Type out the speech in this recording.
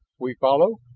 we follow?